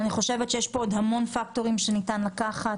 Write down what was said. אני חושבת שיש כאן עוד המון פקטורים שניתן לקחת.